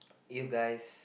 you guys